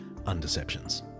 Undeceptions